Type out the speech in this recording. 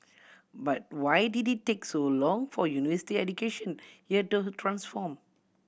but why did it take so long for university education here to transform